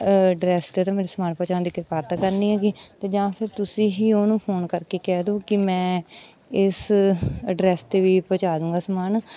address 'ਤੇ ਤਾਂ ਮੇਰੇ ਸਮਾਨ ਪਹੁੰਚਾਉਣ ਦੀ ਕਿਰਪਾਲਤਾ ਕਰਨੀ ਹੈਗੀ ਅਤੇ ਜਾਂ ਫਿਰ ਤੁਸੀਂ ਹੀ ਉਹਨੂੰ ਫੋਨ ਕਰਕੇ ਕਹਿ ਦਿਓ ਕਿ ਮੈਂ ਇਸ ਐਡਰੈਸ 'ਤੇ ਵੀ ਪਹੁੰਚਾ ਦੂੰਗਾ ਸਮਾਨ